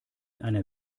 einer